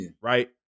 right